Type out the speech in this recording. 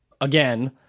again